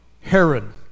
Herod